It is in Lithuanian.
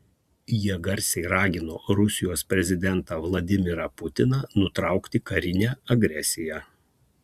jie garsiai ragino rusijos prezidentą vladimirą putiną nutraukti karinę agresiją